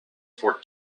for